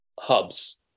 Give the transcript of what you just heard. hubs